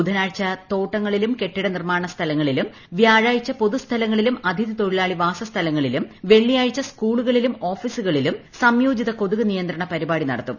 ബുധനാഴ്ച തോട്ടങ്ങളിലും കെട്ടിട നിർമ്മാണ സ്ഥലങ്ങളിലും വ്യാഴാഴ്ച്ച പൊതു സ്ഥലങ്ങളിലും അതിഥി തൊഴിലാളി വാസസ്ഥലങ്ങളിലും വെള്ളിയാഴ്ച സ്കൂളുകളിലും ഓഫീസുകളിലും സംയോജിത കൊതുക് നിയന്ത്രണ പരിപാടി നടത്തും